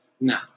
No